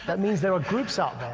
but means there are groups out.